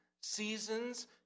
seasons